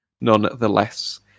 nonetheless